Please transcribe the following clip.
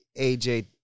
AJ